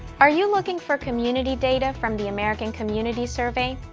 are you looking for community data from the american community survey?